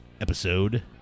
episode